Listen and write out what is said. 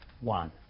one